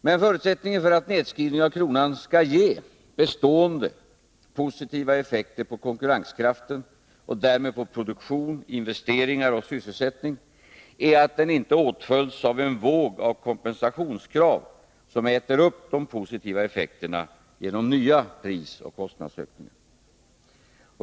Men förutsättningen för att nedskrivningen av kronan skall ge bestående positiva effekter på konkurrenskraften — och därmed på produktion, investeringar och sysselsättning — är att den inte åtföljs av en våg av kompensationskrav, som äter upp de positiva effekterna genom nya prisoch kostnadsökningar.